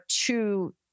two